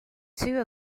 two